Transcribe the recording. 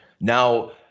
Now